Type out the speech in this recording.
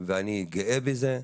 ואני גאה בזה.